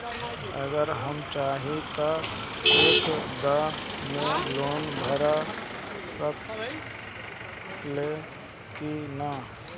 अगर हम चाहि त एक दा मे लोन भरा सकले की ना?